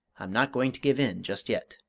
i'm not going to give in just yet!